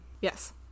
Yes